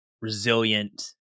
resilient